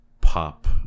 pop